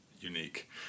unique